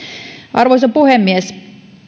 arvoisa puhemies